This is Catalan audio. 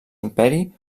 imperi